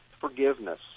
Forgiveness